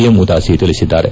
M Udasi ತಿಳಿಸಿದ್ದಾರೆ